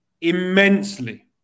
immensely